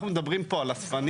אנחנו מדברים פה על אספנים,